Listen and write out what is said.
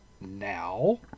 Now